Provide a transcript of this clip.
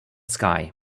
sky